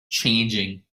changing